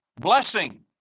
blessing